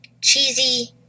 cheesy